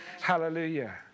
Hallelujah